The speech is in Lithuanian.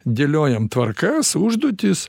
dėliojam tvarkas užduotis